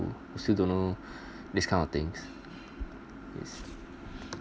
still don't know this kind of thing